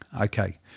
Okay